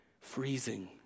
freezing